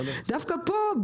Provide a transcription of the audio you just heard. דווקא פה,